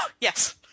Yes